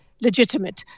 legitimate